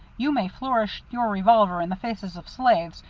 you may flourish your revolver in the faces of slaves,